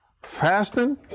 Fasting